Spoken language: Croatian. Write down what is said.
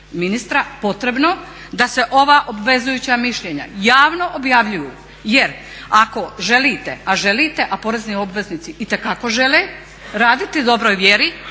ministra potrebno da se ova obvezujuća mišljenja javno objavljuju, jer ako želite a želite, a porezni obveznici itekako žele raditi u dobroj vjeri,